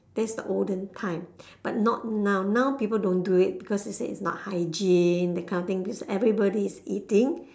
that's the olden time but not now now people don't do it because they said it's not hygiene that kind of thing because everybody is eating